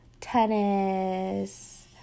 tennis